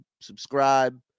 subscribe